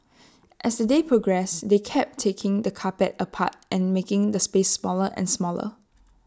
as the day progressed they kept taking the carpet apart and making the space smaller and smaller